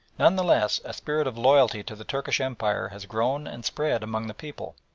none the less a spirit of loyalty to the turkish empire has grown and spread among the people,